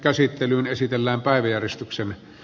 asian käsittely keskeytetään